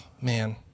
man